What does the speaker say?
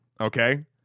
okay